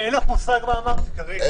אין לך מושג מה אמרתי כרגע.